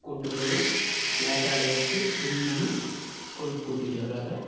கூட்டு போய் மேட்ச் ஆட வச்சு வின் பண்ணி ஸ்கூலுக்கு கூட்டிகிட்டு வருவார்